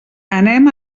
anem